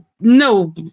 no